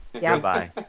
Goodbye